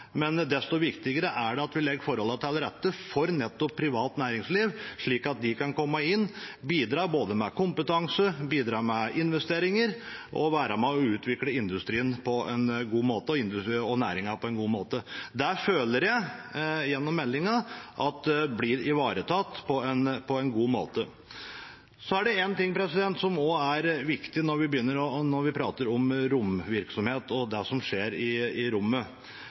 men desto viktigere er det at vi legger forholdene til rette for nettopp privat næringsliv, slik at de kan komme inn og bidra med både kompetanse og investeringer og være med på å utvikle industrien og næringen på en god måte. Det føler jeg blir ivaretatt på en god måte gjennom meldingen. Så er det én ting som også er viktig når vi prater om romvirksomhet og det som skjer i rommet.